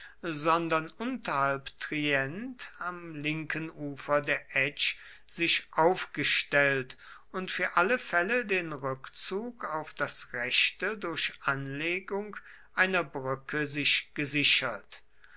sondern unterhalb trient am linken ufer der etsch sich aufgestellt und für alle fälle den rückzug auf das rechte durch anlegung einer brücke sich gesichert